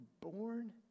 born